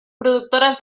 productores